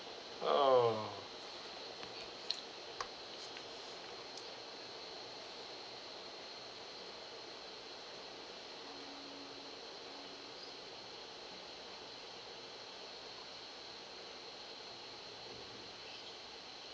oh